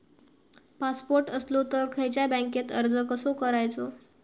Passport असलो तर खयच्या बँकेत अर्ज कसो करायचो?